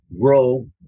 grow